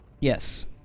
Yes